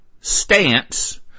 stance